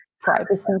privacy